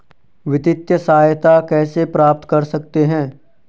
वित्तिय सहायता कैसे प्राप्त कर सकते हैं?